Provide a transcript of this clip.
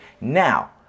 Now